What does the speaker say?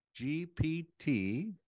GPT